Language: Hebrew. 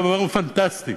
רעיון פנטסטי: